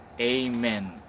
amen